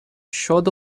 شاد